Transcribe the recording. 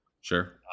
Sure